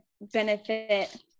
benefit